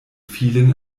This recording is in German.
vielen